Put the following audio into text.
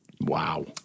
Wow